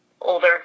older